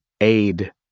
aid